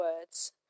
words